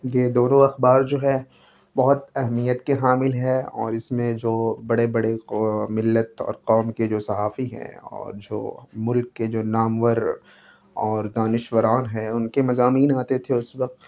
یہ دونوں اخبار جو ہے بہت اہمیت کے حامل ہے اور اس میں جو بڑے بڑے ملت اور قوم کے جو صحافی ہیں اور جو ملک کے جو نامور اور دانشوران ہیں ان کے مضامین آتے تھے اس وقت